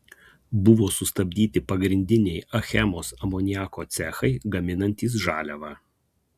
buvo sustabdyti pagrindiniai achemos amoniako cechai gaminantys žaliavą